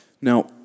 Now